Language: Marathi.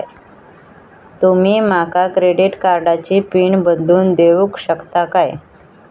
तुमी माका क्रेडिट कार्डची पिन बदलून देऊक शकता काय?